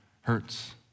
hurts